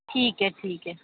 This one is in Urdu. ٹھیک ہے ٹھیک ہے